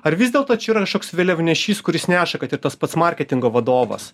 ar vis dėlto čia yra ašoks vėliavnešys kuris neša kad ir tas pats marketingo vadovas